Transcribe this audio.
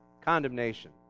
Condemnation